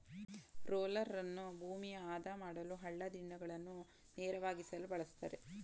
ರೋಲರನ್ನು ಭೂಮಿಯ ಆದ ಮಾಡಲು, ಹಳ್ಳ ದಿಣ್ಣೆಗಳನ್ನು ನೇರವಾಗಿಸಲು ಬಳ್ಸತ್ತರೆ